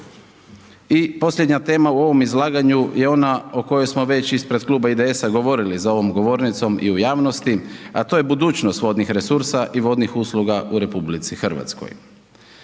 I posljednja tema u ovom izlaganju je ona o kojoj smo već ispred Kluba IDS-a govorili za ovom govornicom i u javnosti a to je budućnost vodnih resursa i vodnih usluga u RH. Udaljavanje